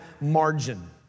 margin